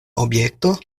objekto